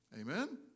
Amen